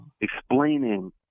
explaining